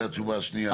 זאת התשובה השנייה,